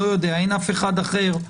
אין אף אחד אחר,